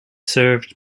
served